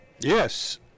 Yes